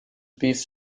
beef